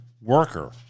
worker